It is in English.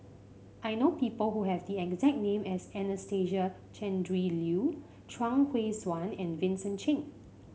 I know people who have the exact name as Anastasia Tjendri Liew Chuang Hui Tsuan and Vincent Cheng